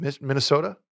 Minnesota